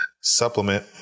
supplement